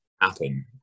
happen